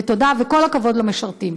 ותודה וכל הכבוד למשרתים.